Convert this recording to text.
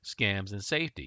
scamsandsafety